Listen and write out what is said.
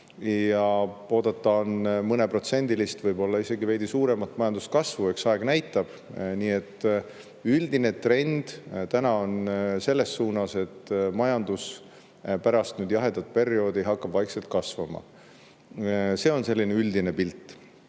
ja oodata on mõneprotsendilist, võib-olla isegi veidi suuremat majanduskasvu. Eks aeg näitab. Nii et üldine trend praegu on selles suunas, et majandus pärast nüüd jahedat perioodi hakkab vaikselt kasvama. See on selline üldine pilt.